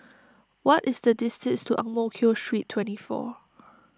what is the distance to Ang Mo Kio Street twenty four